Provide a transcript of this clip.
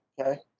Okay